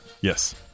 Yes